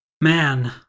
man